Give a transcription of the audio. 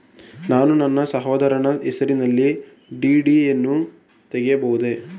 ನಾನು ನನ್ನ ಸಹೋದರನ ಹೆಸರಿನಲ್ಲಿ ಡಿ.ಡಿ ಯನ್ನು ತೆಗೆಯಬಹುದೇ?